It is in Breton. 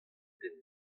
den